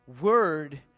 word